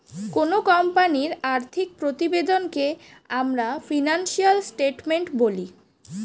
কোনো কোম্পানির আর্থিক প্রতিবেদনকে আমরা ফিনান্সিয়াল স্টেটমেন্ট বলি